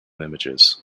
images